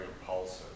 impulsive